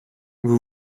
vous